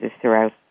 throughout